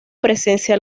presencia